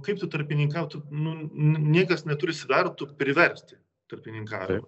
kaip tu tarpininkaut nu niekas neturi svertų priversti tarpininkavimą